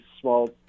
small